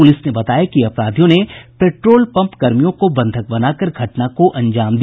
police ने बताया कि अपराधियों ने पेट्रोल पम्प कर्मचारियों को बंधक बनाकर घटना को अंजाम दिया